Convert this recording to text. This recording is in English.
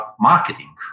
marketing